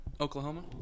Oklahoma